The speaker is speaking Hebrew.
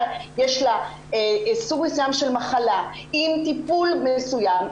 יש סוג מסוים של מחלה עם טיפול מסוים,